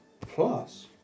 Plus